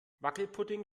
wackelpudding